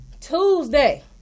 Tuesday